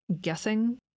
guessing